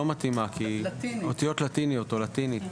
התשי"ג 1953,